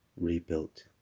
rebuilt